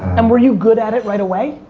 and were you good at it right away?